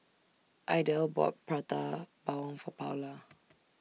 Idell bought Prata Bawang For Paula